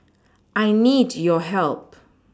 I need your help